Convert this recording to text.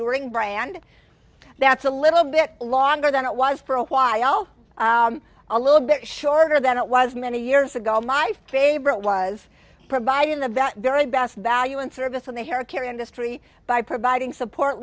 enduring by and that's a little bit longer than it was for why oh a little bit shorter than it was many years ago my favorite was providing the very best value and service of the hair care industry by providing support